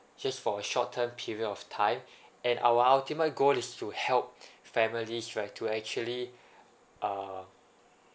just for a short term period of time and our ultimate goal is to help families right to actually err